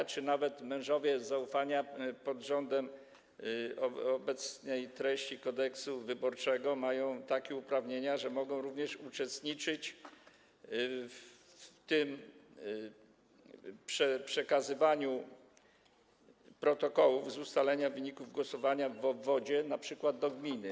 Padło pytanie, czy mężowie zaufania pod rządem obecnej ustawy Kodeks wyborczy mają takie uprawnienia, że mogą również uczestniczyć w przekazywaniu protokołów z ustalenia wyników głosowania w obwodzie np. do gminy.